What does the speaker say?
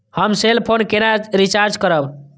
हम cell phone केना recharge करब?